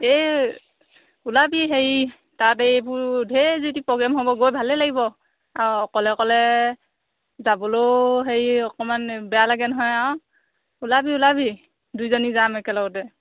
এই ওলাবি হেৰি তাত এইবোৰ ঢেৰ যি টি প্ৰগ্ৰেম হ'ব গৈ ভালে লাগিব আৰু অকলে অকলে যাবলৈও হেৰি অকণমান বেয়া লাগে নহয় আৰু ওলাবি ওলাবি দুইজনী যাম একেলগতে